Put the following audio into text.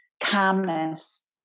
calmness